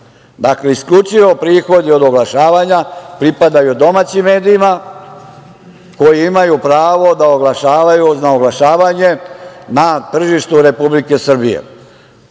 isključivo prihodi od oglašavanja pripadaju domaćim medijima, koji imaju pravo da oglašavaju, na oglašavanje na tržištu Republike Srbije.